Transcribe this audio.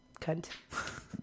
cunt